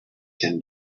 can